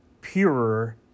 purer